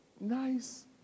Nice